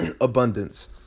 Abundance